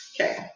Okay